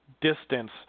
distance